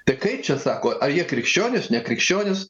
tai kaip čia sako ar jie krikščionys nekrikščionys